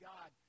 God